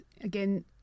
again